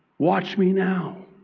watch me now.